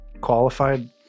qualified